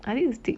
I need to stick